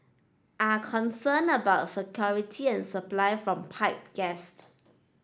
are concerned about security and supply from pipe gas